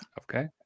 Okay